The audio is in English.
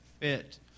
fit